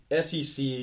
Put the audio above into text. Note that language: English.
SEC